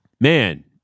Man